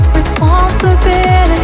Responsibility